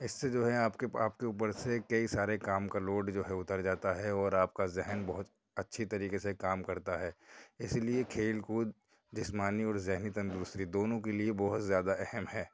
اِس سے جو ہیں آپ کے آپ کے اُوپر سے کئی سارے کام کا لوڈ جو ہے اُتر جاتا ہے اور آپ کا ذہن بہت اچھی طریقے سے کام کرتا ہے اِسی لیے کھیل کود جسمانی اور ذہنی تندرستی دونوں کے لیے بہت زیادہ اہم ہے